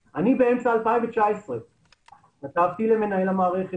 יש לנו באזור אשקלון רשת גז פרוסה שמזינה את כל המפעלים בסביבה,